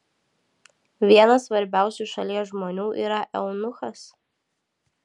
vienas svarbiausių šalies žmonių yra eunuchas